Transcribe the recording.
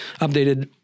updated